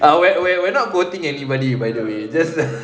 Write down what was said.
ah we're we're we're not quoting anybody by the way just